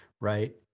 right